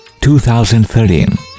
2013